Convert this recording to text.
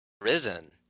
risen